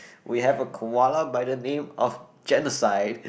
we have a koala by the name of Genocide